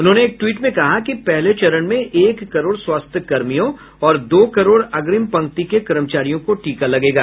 उन्होंने एक ट्वीट में कहा कि पहले चरण में एक करोड़ स्वास्थ्य कर्मियों और दो करोड़ अग्रिम पंक्ति के कर्मचारियों को टीका लगेगा